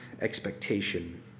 expectation